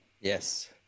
Yes